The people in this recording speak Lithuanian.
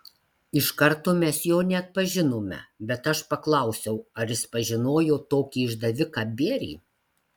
iš karto mes jo neatpažinome bet aš paklausiau ar jis pažinojo tokį išdaviką bierį